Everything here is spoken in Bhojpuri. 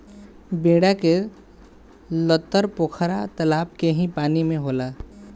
बेरा के लतर पोखरा तलाब के ही पानी में होला